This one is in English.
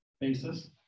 basis